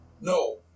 No